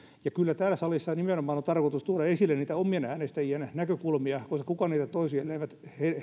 kyllä täällä salissa on tarkoitus tuoda esille nimenomaan niitä omien äänestäjien näkökulmia koska kuka niitä toisi elleivät